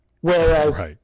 whereas